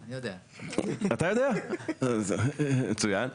אתה תוכל להוסיף בתנאי שעברו לפחות חמש שנים מאישור התוכנית הקודמת.